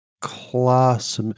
class